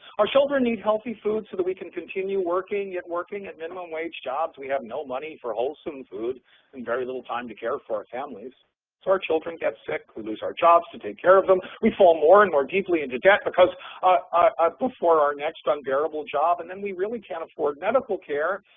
our children need healthy food so that we can continue working at working at minimum wage jobs. we have no money for wholesome food and very little time to care for our families. if so our children get sick, we lose our jobs to take care of them, we fall more and more deeply into debt because ah before our next unbearable job, and then we really can't afford medical care.